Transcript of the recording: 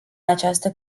această